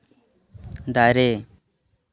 ᱫᱟᱨᱮ